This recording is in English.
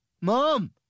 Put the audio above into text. Mom